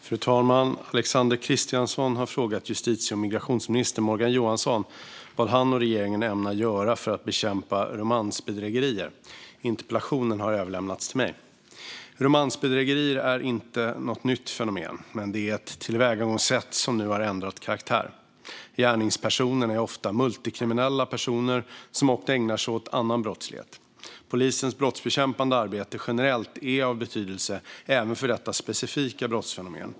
Fru talman! Alexander Christiansson har frågat justitie och migrationsminister Morgan Johansson vad han och regeringen ämnar göra för att bekämpa romansbedrägerier. Interpellationen har överlämnats till mig. Romansbedrägerier är inte något nytt fenomen, men det är ett tillvägagångssätt som nu har ändrat karaktär. Gärningspersonerna är ofta multikriminella personer som också ägnar sig åt annan brottslighet. Polisens generella brottsbekämpande arbete är av betydelse även för detta specifika brottsfenomen.